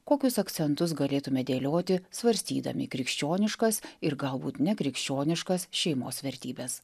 kokius akcentus galėtume dėlioti svarstydami krikščioniškas ir galbūt ne krikščioniškas šeimos vertybes